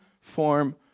form